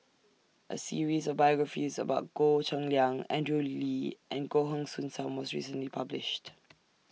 A series of biographies about Goh Cheng Liang Andrew Lee and Goh Heng Soon SAM was recently published